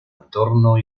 entorno